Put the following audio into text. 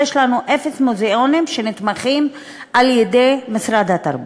יש לנו אפס מוזיאונים שנתמכים על-ידי משרד התרבות.